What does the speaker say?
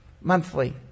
Monthly